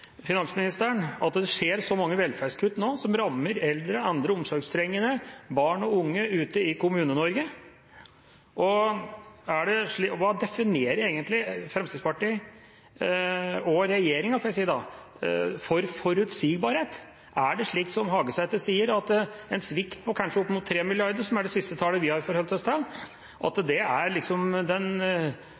finansministeren at det skjer så mange velferdskutt nå som rammer eldre, andre omsorgstrengende, barn og unge ute i Kommune-Norge? Hvordan definerer egentlig Fremskrittspartiet – og regjeringen, får jeg da si – forutsigbarhet? Er det slik som Hagesæter sier, at en svikt på kanskje opp mot 3 mrd. kr, som er det siste tallet vi har forholdt oss til, er den optimale forutsigbarheten og et lysende eksempel på nettopp det